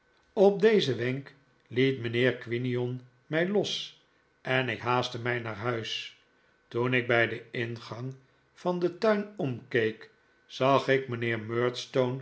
op dezen wenk liet mijnheer quinion mij los en ik haastte mij naar huis toen ik bij den ingang van den tujn omkeek zag ik mijnheer